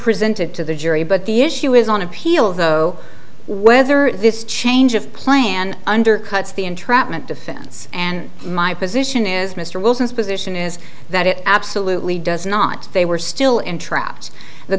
presented to the jury but the issue is on appeal though whether this change of plan undercuts the entrapment defense and my position is mr wilson's position is that it absolutely does not they were still in traps the